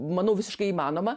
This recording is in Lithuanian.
manau visiškai įmanoma